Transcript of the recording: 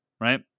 right